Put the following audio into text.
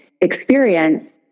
experience